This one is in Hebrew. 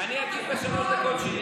אני אגיב בשלוש הדקות שלי.